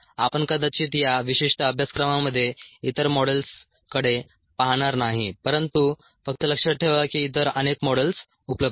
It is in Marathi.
आपण कदाचित या विशिष्ट अभ्यासक्रमामध्ये इतर मॉडेल्सकडे पाहणार नाही परंतु फक्त लक्षात ठेवा की इतर अनेक मॉडेल्स उपलब्ध आहेत